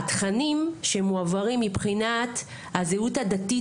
התכנים שמועברים מבחינת הזהות הדתית,